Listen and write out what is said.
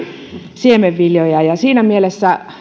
siemenviljoja siinä mielessä